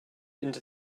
into